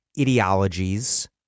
ideologies